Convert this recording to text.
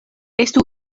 estu